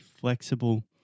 flexible